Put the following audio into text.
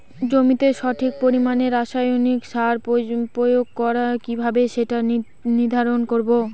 জমিতে সঠিক পরিমাণে রাসায়নিক সার প্রয়োগ করা কিভাবে সেটা নির্ধারণ করব?